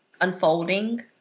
unfolding